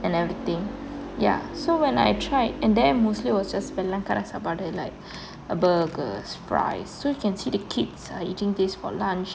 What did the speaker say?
and everything ya so when I tried and there was mostly was வெள்ளைக்காரன் சாப்பாடு:vellaikaaran sapadu like a burgers fries so you can see the kids are eating these for lunch